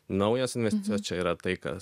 naujos investicijos čia yra tai kas